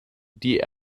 die